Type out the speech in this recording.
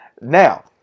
Now